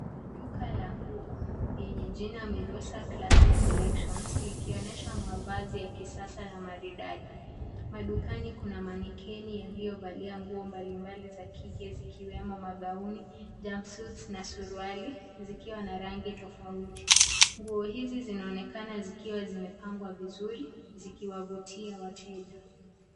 Duka la nguo lenye jina Mirosa classy collections . Likionyesha mavazi ya kisasa na maridadi. Madukani kuna manikeni yaliyovalia nguo mbalimbali za kike zikiwemo magauni, jumpsuits na suruali zikiwa na rangi tofauti. Nguo hizi zinaonekana zikiwa zimepangwa vizuri zikiwavutia wateja.